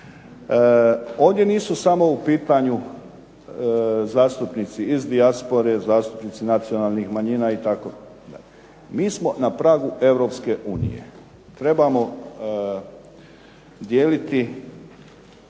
Ovdje nisu samo u pitanju zastupnici iz dijaspore, zastupnici nacionalnih manjina itd., mi smo na pragu EU, trebamo dijeliti